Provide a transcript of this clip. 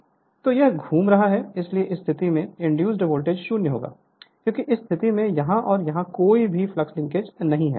तो यह घूम रहा है इसलिए इस स्थिति में इंड्यूज़ वोल्टेज 0 होगा क्योंकि इस स्थिति में यहां और यहां कोई भी फ्लक्स लिंकेज नहीं है